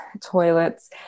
toilets